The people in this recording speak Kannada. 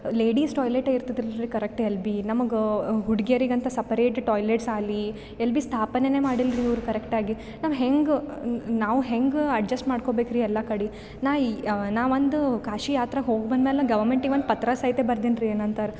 ಲೇಡೀಸ್ ಟಾಯ್ಲೆಟ್ ಇರ್ತಿದಿರ್ಲಿಲ್ಲ ರೀ ಕರೆಕ್ಟ್ ಎಲ್ಲಿ ಬಿ ನಮಗೆ ಹುಡ್ಗಿಯರಿಗ್ ಅಂತ ಸಪರೇಟ್ ಟಾಯ್ಲೆಟ್ಸ್ ಆಲಿ ಎಲ್ಲಿ ಬಿ ಸ್ಥಾಪನೆ ಮಾಡಿಲ್ಲ ರೀ ಇವ್ರು ಕರೆಕ್ಟ್ ಆಗಿ ನಾವು ಹೆಂಗೆ ನಾವು ಹೆಂಗೆ ಅಡ್ಜಸ್ಟ್ ಮಾಡ್ಕೋಬೇಕು ರೀ ಎಲ್ಲ ಕಡೆ ನಾ ಈ ನಾ ಒಂದು ಕಾಶಿ ಯಾತ್ರಾಗೆ ಹೋಗಿ ಬಂದಮೇಲ್ ಗೌರ್ಮೆಂಟಿಗೆ ಒಂದು ಪತ್ರ ಸಯಿತೆ ಬರ್ದೀನಿ ರೀ ನಂತರ